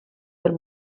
del